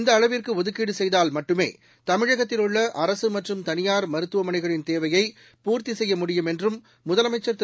இந்த அளவிற்கு ஒதுக்கீடு செய்தால் மட்டுமே தமிழகத்தில் உள்ள அரசு மற்றும் தனியாா் மருத்துவமனைகளின் தேவையை பூர்த்தி செய்ய முடியும் என்றும் முதலமைச்சர் திரு